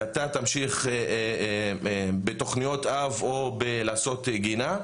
ואתה תמשיך בתכניות אב או בלעשות גינה.